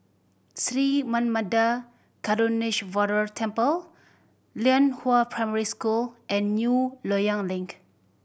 Sri Manmatha Karuneshvarar Temple Lianhua Primary School and New Loyang Link